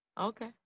Okay